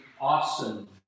awesome